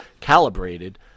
calibrated